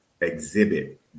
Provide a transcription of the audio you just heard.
exhibit